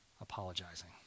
apologizing